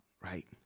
right